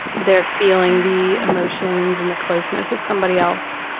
they're feeling the emotions and the closeness of somebody else,